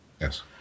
Yes